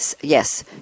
yes